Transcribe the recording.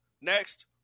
Next